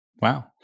Wow